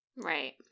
Right